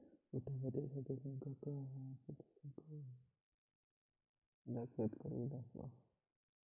कुटुंबातील सदस्यांका हक्काची रक्कम कशी गावात?